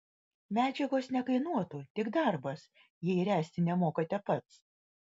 medžiagos nekainuotų tik darbas jei ręsti nemokate pats